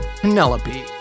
Penelope